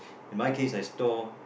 in my case I store